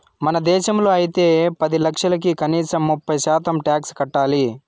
మన దేశంలో అయితే పది లక్షలకి కనీసం ముప్పై శాతం టాక్స్ కట్టాలి